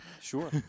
Sure